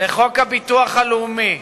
לחוק הביטוח הלאומי,